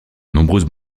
nombreuses